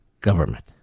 government